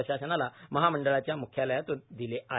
प्रशासनाला महामंडळाच्या म्ख्यालयातून दिले आहेत